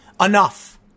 Enough